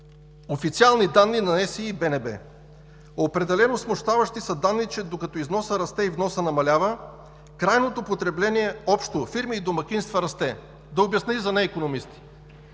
официални данни на НСИ и БНБ. Определено смущаващи са данните, че докато износът расте и вносът намалява, крайното потребление – общо фирми и домакинства, расте. Да обясня и за неикономисти.